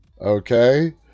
Okay